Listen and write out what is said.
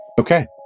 Okay